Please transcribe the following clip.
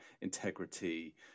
integrity